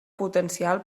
potencial